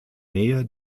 nähe